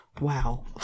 wow